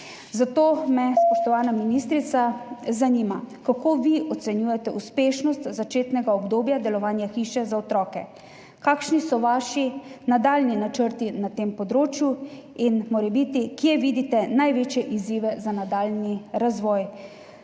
Zato me, spoštovana ministrica, zanima: Kako vi ocenjujete uspešnost začetnega obdobja delovanja Hiše za otroke? Kakšni so vaši nadaljnji načrti na tem področju? Kje vidite največje izzive za nadaljnji razvoj?